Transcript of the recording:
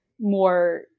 more